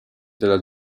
della